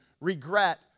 regret